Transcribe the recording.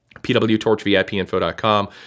pwtorchvipinfo.com